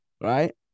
right